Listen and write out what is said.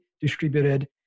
distributed